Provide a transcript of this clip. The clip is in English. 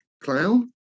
clown